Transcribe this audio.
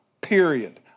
period